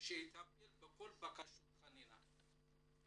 שיטפל בכל בקשות החנינה.